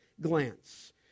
glance